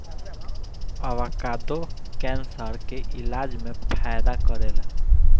avocado cancer के इलाज में फायदा करेला